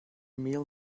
meal